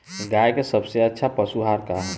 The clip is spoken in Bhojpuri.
गाय के सबसे अच्छा पशु आहार का ह?